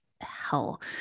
hell